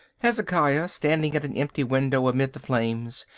hezekiah, standing at an empty window amid the flames,